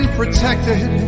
protected